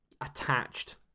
attached